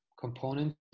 component